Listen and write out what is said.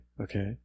Okay